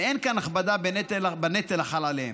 ואין כאן הכבדה בנטל החל עליהן.